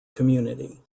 community